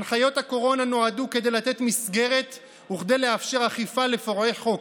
הנחיות הקורונה נועדו כדי לתת מסגרת וכדי לאפשר אכיפה לפורעי חוק,